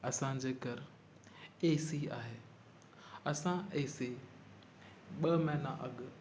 असांजे घरु A C आहे असां ए सी ॿ महीना अॻु